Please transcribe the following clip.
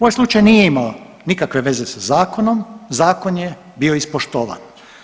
Ovaj slučaj nije imao nikakve veze sa zakonom, zakon je bio ispoštovan.